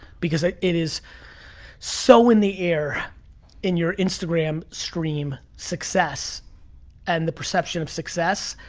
because it it is so in the air in your instagram stream success and the perception of success.